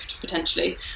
potentially